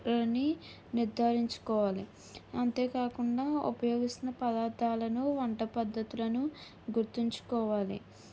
అని నిర్ధారించుకోవాలి అంతేకాకుండా ఉపయోగిస్తున్న పదార్థాలను వంట పద్ధతులను గుర్తుంచుకోవాలి